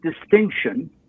distinction